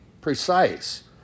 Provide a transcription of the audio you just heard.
precise